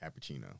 cappuccino